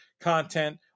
content